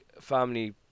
family